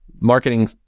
marketing